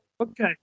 Okay